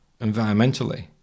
environmentally